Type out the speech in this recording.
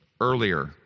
earlier